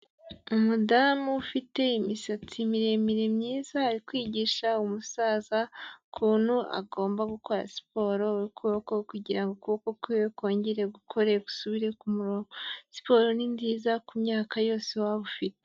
Umudamu ufite imisatsi miremire myiza, ari kwigisha umusaza ukuntu agomba gukora siporo, ukuboko kugira ngo ukuboko kwe kongere gukore, siporo ni nziza kumyaka yose waba ufite.